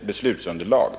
beslutsunderlag.